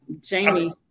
Jamie